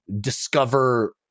discover